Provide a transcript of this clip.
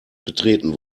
betreten